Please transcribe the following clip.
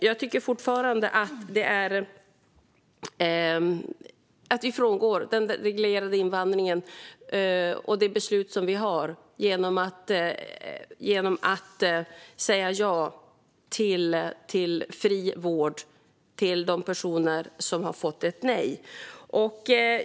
Jag tycker fortfarande att vi frångår den reglerade invandringen och det beslut som vi har genom att säga ja till fri vård för de personer som har fått ett nej.